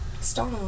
Stop